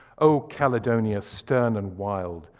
o caledonia! stern and, wild,